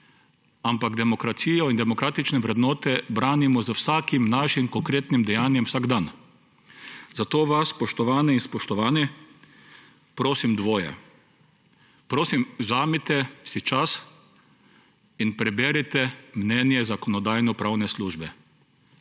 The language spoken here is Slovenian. ampak demokracijo in demokratične vrednote branimo z vsakim svojim konkretnim dejanjem vsak dan. Zato vas, spoštovane in spoštovani, prosim dvoje. Prosim, vzemite si čas in preberite mnenje Zakonodajno-pravne službe.